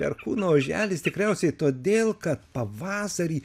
perkūno oželis tikriausiai todėl kad pavasarį